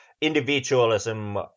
individualism